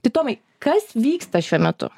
tai tomai kas vyksta šiuo metu